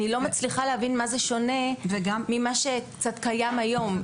אני לא מצליחה להבין מה זה שונה ממה שקיים היום.